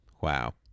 Wow